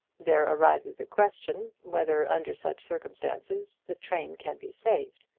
there arises a question whether under such circumstances the train can be saved.